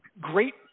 Great